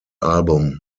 album